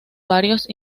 varios